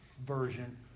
version